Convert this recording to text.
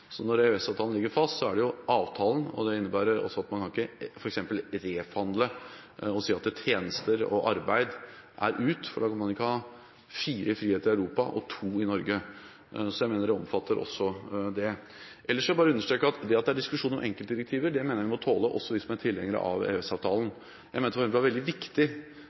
Når EØS-avtalen ligger fast, er jo det avtalen. Det innebærer også at man ikke kan f.eks. reforhandle og si at tjenester og arbeid er ut – man kan ikke ha fire friheter i Europa og to i Norge, så jeg mener det også omfatter det. Ellers vil jeg bare understreke at jeg mener vi må tåle at det er diskusjon om enkeltdirektiver – også vi som er tilhengere av EØS-avtalen. Jeg mener det f.eks. var viktig at vi tok en kamp når det gjelder hjemfallsretten. Det var viktig